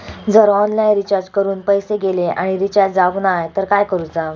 जर online recharge करून पैसे गेले आणि रिचार्ज जावक नाय तर काय करूचा?